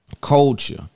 culture